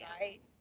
Right